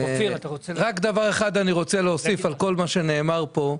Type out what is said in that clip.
אני רוצה להוסיף רק דבר אחד על כל מה שנאמר פה.